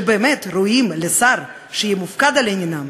שבאמת ראויים לשר שיהיה מופקד על עניינם